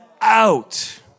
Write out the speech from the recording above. out